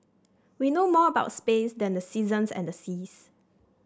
we know more about space than the seasons and the seas